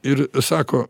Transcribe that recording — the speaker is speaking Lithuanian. ir sako